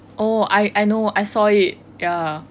oh I I know I saw it ya